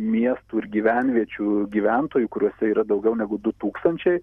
miestų ir gyvenviečių gyventojų kuriose yra daugiau negu du tūkstančiai